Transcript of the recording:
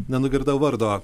nenugirdau vardo